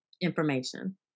information